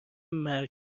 مرگ